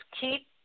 keep